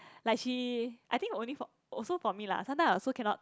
like she I think only for also for me lah sometimes I also cannot